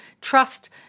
trust